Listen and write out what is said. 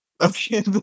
Okay